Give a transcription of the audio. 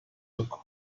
occur